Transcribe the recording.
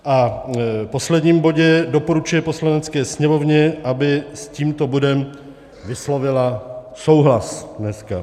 A v posledním bodě doporučuje Poslanecké sněmovně, aby s tímto bodem vyslovila souhlas dneska.